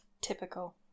typical